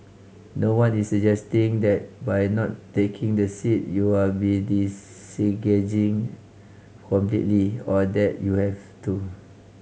no one is suggesting that by not taking the seat you are be disengaging completely or that you have to